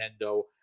Nintendo